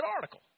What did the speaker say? article